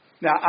Now